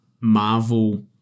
Marvel